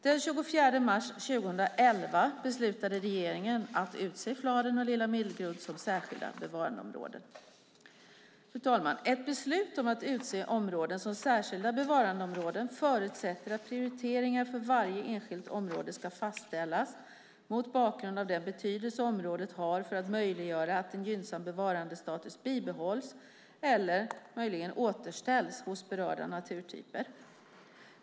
Den 24 mars 2011 beslutade regeringen att utse Fladen och Lilla Middelgrund till särskilda bevarandeområden. Ett beslut om att utse områden till särskilda bevarandeområden förutsätter att prioriteringar för varje enskilt område ska fastställas mot bakgrund av den betydelse området har för att möjliggöra att en gynnsam bevarandestatus bibehålls eller återställs hos berörda naturtyper.